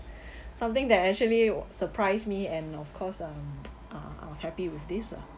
something that actually surprised me and of course um uh I was happy with this ah